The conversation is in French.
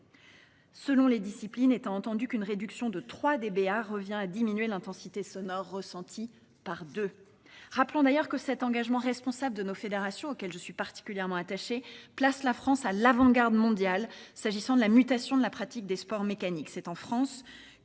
Selon les disciplines, étant entendu qu'une réduction de 3 dBa revient à diminuer l'intensité sonore ressentie par deux. Rappelons d'ailleurs que cet engagement responsable de nos fédérations, auquel je suis particulièrement attachée, place la France à l'avant-garde mondiale, s'agissant de la mutation de la pratique des sports mécaniques. C'est en France que